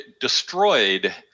Destroyed